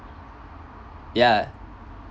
ya